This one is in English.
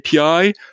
API